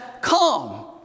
come